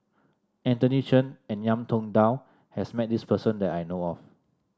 Anthony Chen and Ngiam Tong Dow has met this person that I know of